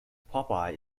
popeye